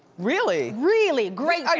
really? really. great,